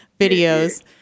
videos